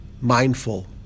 mindful